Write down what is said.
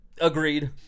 Agreed